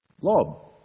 LOB